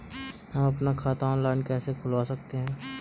हम अपना खाता ऑनलाइन कैसे खुलवा सकते हैं?